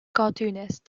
cartoonist